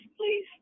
please